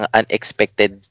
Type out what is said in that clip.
unexpected